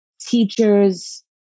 Teachers